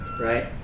right